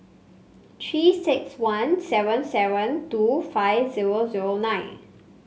Three six one seven seven two five zero zero nine